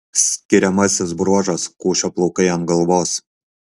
skiriamasis bruožas kušio plaukai ant galvos